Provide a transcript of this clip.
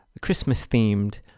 Christmas-themed